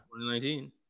2019